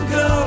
go